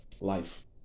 Life